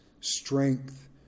strength